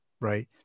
right